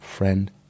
Friend